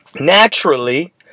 Naturally